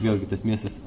vėlgi tas miestas